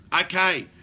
Okay